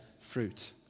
fruit